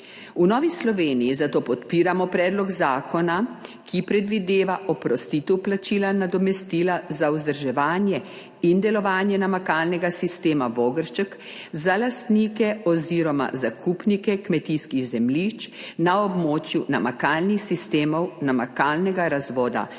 V Novi Sloveniji zato podpiramo predlog zakona, ki predvideva oprostitev plačila nadomestila za vzdrževanje in delovanje namakalnega sistema Vogršček za lastnike oziroma zakupnike kmetijskih zemljišč na območju namakalnih sistemov namakalnega razvoda Vogršček